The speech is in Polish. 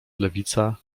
lewica